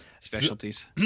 specialties